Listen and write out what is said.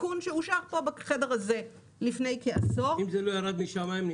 תיקון שאושר פה בחדר הזה לפני כעשור -- אם זה לא ירד משמים,